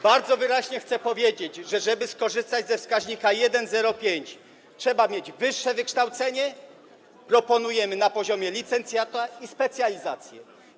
Bardzo wyraźnie chcę powiedzieć, że żeby skorzystać ze wskaźnika 1,05, trzeba mieć wyższe wykształcenie, proponujemy na poziomie licencjata, i specjalizację.